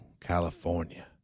California